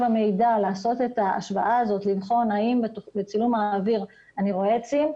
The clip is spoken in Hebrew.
המידע לעשות את ההשוואה הזאת ולבחון האם בצילום האוויר אני רואה עצים,